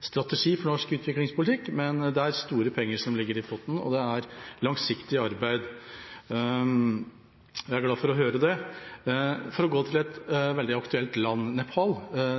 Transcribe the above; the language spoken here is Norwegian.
strategi for norsk utviklingspolitikk, men det er store penger som ligger i potten, og det er langsiktig arbeid. Jeg er glad for å høre det. For å gå til et veldig aktuelt land, Nepal: